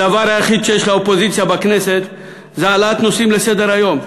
הדבר היחיד שיש לאופוזיציה בכנסת זה העלאת נושאים לסדר-היום,